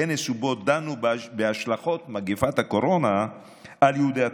קיימנו כנס ובו דנו בהשלכות מגפת הקורונה על יהודי התפוצות,